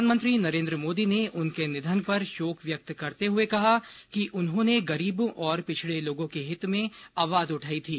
प्रधानमंत्री नरेन्द्र मोदी ने उनके निधन पर शोक व्यक्त करते हुए कहा कि उन्होंने गरीबों और पिछड़े लोगों के हित के लिए आवाज उठाई थी